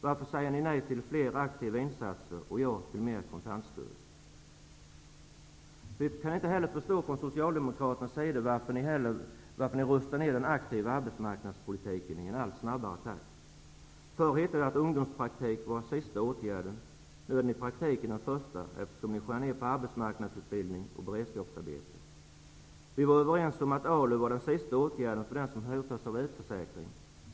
Varför säger ni nej till fler aktiva insatser och ja till mer kontantstöd? Vi förstår från Socialdemokraternas sida inte heller varför ni nu rustar ned den aktiva arbetsmarknadspolitiken i en allt snabbare takt. Förr hette det att ungdomspraktik var den sista åtgärden. Nu är den i praktiken den första, eftersom ni skär ned på arbetsmarknadsutbildning och beredskapsarbeten. Vi var tidigare överens om att ALU var den sista åtgärden för dem som hotas av utförsäkringen.